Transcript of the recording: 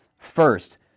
First